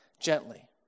gently